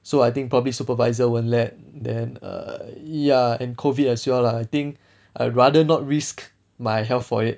so I think probably supervisor won't let then err ya and COVID as well lah I think I'd rather not risk my health for it